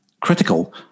critical